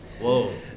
Whoa